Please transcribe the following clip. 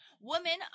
women